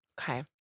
Okay